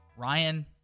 Ryan